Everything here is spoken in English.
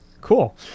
Cool